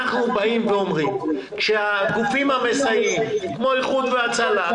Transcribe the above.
אנחנו אומרים שהגופים המסייעים כמו איחוד והצלה,